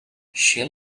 she